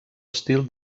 estil